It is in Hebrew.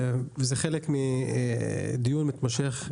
וזה חלק מדיון מתמשך,